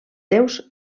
déus